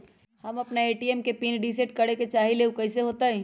हम अपना ए.टी.एम के पिन रिसेट करे के चाहईले उ कईसे होतई?